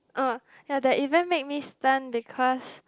oh ya that event make me stun because